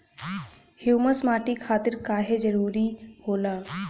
Humus माटी खातिर काहे जरूरी होला?